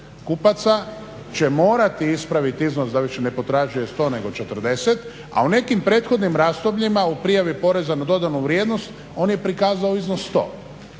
kupaca će morati ispraviti iznos da više ne potražuje 100 nego 40, a u nekim prethodnim razdobljima u prijavi poreza na dodanu vrijednost on je prikazao iznos 100.